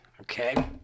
okay